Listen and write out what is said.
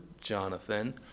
Jonathan